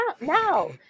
now